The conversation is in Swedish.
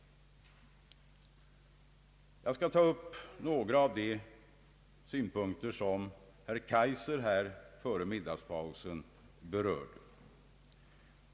Jag skall ta upp några av de synpunkter som herr Kaijser före middagspausen anförde.